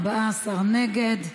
14 נגד.